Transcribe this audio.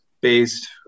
based